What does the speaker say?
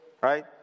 right